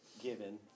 given